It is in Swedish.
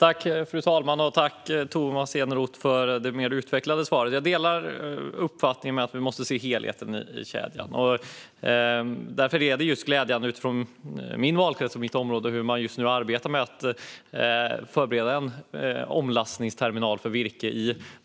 Fru talman! Tack, Tomas Eneroth, för det mer utvecklade svaret! Jag delar uppfattningen att vi måste se helheten i kedjan, så det är glädjande. I Dalsland, i min valkrets och mitt område, arbetar man just nu med att förbereda en omlastningsterminal för virke.